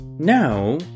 Now